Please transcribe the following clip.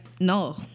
No